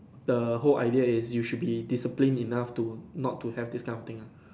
the whole idea is you should be discipline enough to not to have these kind of things ah